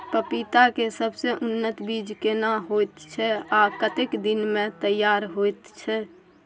पपीता के सबसे उन्नत बीज केना होयत छै, आ कतेक दिन में तैयार होयत छै?